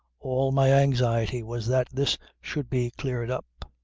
all my anxiety was that this should be cleared up.